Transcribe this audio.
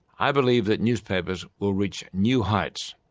i believe that newspapers will reach new heights.